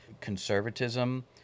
conservatism